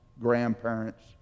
grandparents